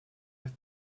have